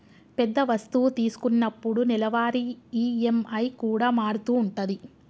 పెద్ద వస్తువు తీసుకున్నప్పుడు నెలవారీ ఈ.ఎం.ఐ కూడా మారుతూ ఉంటది